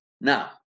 Now